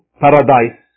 paradise